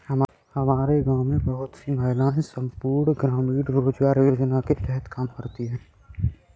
हमारे गांव में बहुत सी महिलाएं संपूर्ण ग्रामीण रोजगार योजना के तहत काम करती हैं